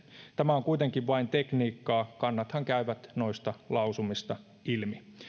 tämä on kuitenkin vain tekniikkaa kannathan käyvät noista lausumista ilmi